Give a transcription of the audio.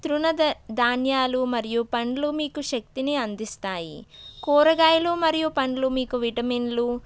తృణ ద ధాన్యాలు మరియు పండ్లు మీకు శక్తిని అందిస్తాయి కూరగాయలు మరియు పండ్లు మీకు విటమిన్లు